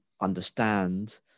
understand